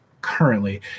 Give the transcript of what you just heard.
currently